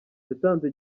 yatanze